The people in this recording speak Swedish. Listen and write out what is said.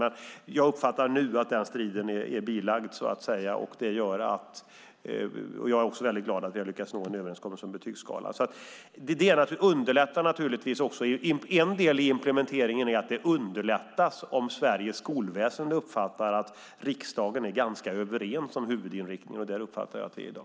Men jag uppfattar nu att den striden är bilagd. Jag är också väldigt glad att vi har lyckats nå en överenskommelse om en betygsskala. En del i implementeringen är naturligtvis också att det underlättar om Sveriges skolväsen uppfattar att riksdagen är ganska överens om huvudinriktningen. Det uppfattar jag att vi är i dag.